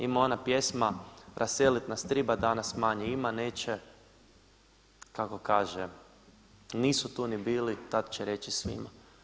Ima ona pjesma „Raseliti nas triba da nas manje ima, neće, kako kaže nisu tu ni bili tad će reći svima.